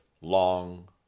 long